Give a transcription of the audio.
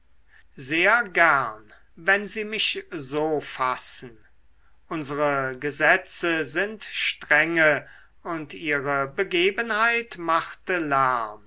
sehr gern wenn sie mich so fassen unsere gesetze sind strenge und ihre begebenheit machte lärm